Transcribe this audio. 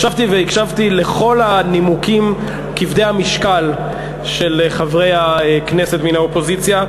ישבתי והקשבתי לכל הנימוקים כבדי המשקל של חברי הכנסת מן האופוזיציה,